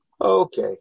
okay